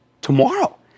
tomorrow